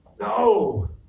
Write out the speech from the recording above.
No